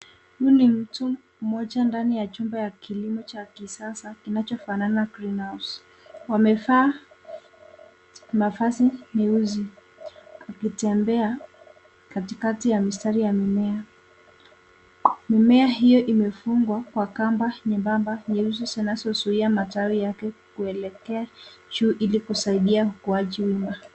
Huyu ni mtu mmoja ndani ya chumba ya kilimo cha kisasa kinachofanana na Greenhouse . Wamevaa mavazi nyeusi akitembea katikati mistari ya mimea. Mimea hiyo imefungwa kwa kamba nyembamba nyeusi zinazozuia matawi yake kuelekea juu ili kusaidia ukuaji wima.